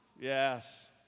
Yes